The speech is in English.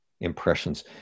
impressions